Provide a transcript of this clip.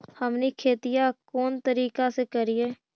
हमनी खेतीया कोन तरीका से करीय?